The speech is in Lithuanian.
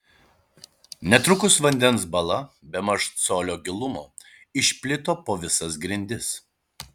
netrukus vandens bala bemaž colio gilumo išplito po visas grindis